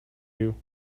you